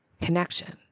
Connection